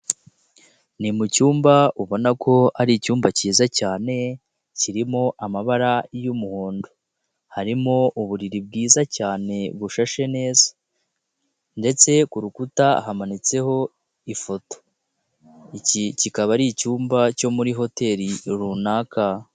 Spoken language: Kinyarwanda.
Ni mu cyumba ubona ko ari icyumba cyiza cyane kirimo amabara y'umuhondo, harimo uburiri bwiza cyane bushashe neza ndetse kurukuta hamanitseho ifoto, iki kikaba ari icyumba cyo muri hoteri runaka.